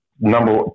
number